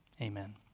amen